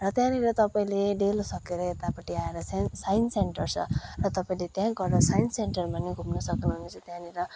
र त्यहाँनिर तपाईँले डेलो सकेर यतापट्टि आएर चाहिँ साइन्स सेन्टर छ र तपाईँले त्यही गएर साइन्स सेन्टर पनि घुम्नु सक्नु हने छ त्यहाँनिर